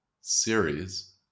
series